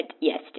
yes